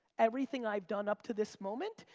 everything i've done up to this moment.